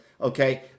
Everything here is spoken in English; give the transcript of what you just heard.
okay